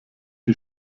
die